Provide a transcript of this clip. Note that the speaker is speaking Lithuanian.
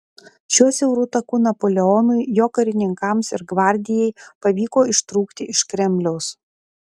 šiuo siauru taku napoleonui jo karininkams ir gvardijai pavyko ištrūkti iš kremliaus